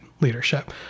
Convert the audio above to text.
leadership